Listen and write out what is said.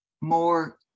more